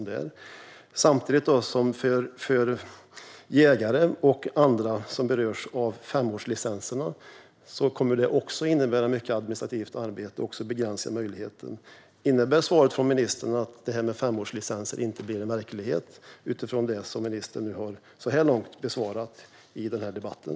Det kommer också att innebära mycket administrativt arbete för jägare och andra som berörs av femårslicenserna. Innebär svaret från ministern att femårslicenser inte blir verklighet? Jag ställer frågan utifrån det som ministern så här långt har svarat i debatten.